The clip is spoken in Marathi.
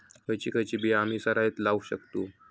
खयची खयची बिया आम्ही सरायत लावक शकतु?